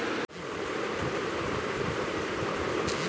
বিল দেওয়ার জন্য প্রত্যেক মাসে একটা করে নির্দিষ্ট সময় থাকে